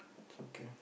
it's okay